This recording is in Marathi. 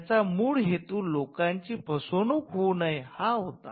याचा मूळ हेतू लोकांची फसवणूक होऊ नये हा होता